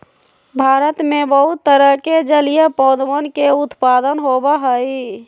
भारत में बहुत तरह के जलीय पौधवन के उत्पादन होबा हई